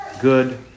good